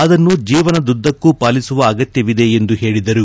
ಅದನ್ನು ಜೀವನದುದ್ದಕ್ಕೂ ಪಾಲಿಸುವ ಅಗತ್ಪವಿದೆ ಎಂದು ಹೇಳಿದರು